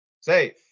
Safe